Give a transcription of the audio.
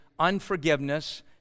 unforgiveness